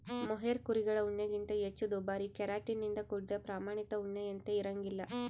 mohair ಕುರಿಗಳ ಉಣ್ಣೆಗಿಂತ ಹೆಚ್ಚು ದುಬಾರಿ ಕೆರಾಟಿನ್ ನಿಂದ ಕೂಡಿದ ಪ್ರಾಮಾಣಿತ ಉಣ್ಣೆಯಂತೆ ಇರಂಗಿಲ್ಲ